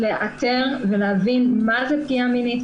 לאתר ולהבין מה זה פגיעה מינית,